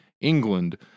England